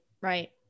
Right